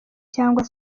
cyangwa